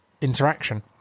interaction